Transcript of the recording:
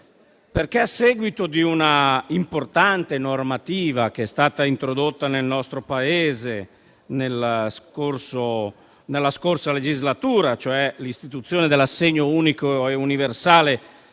A seguito di una importante normativa che è stata introdotta nel nostro Paese nel corso della scorsa legislatura, e cioè l'istituzione dell'assegno unico e universale